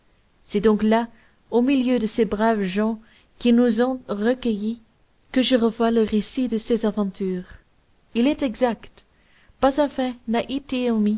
c'est donc là au milieu de ces braves gens qui nous ont recueillis que je revois le récit de ces aventures il est exact pas un fait